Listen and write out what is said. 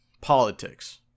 politics